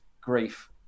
grief